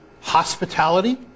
hospitality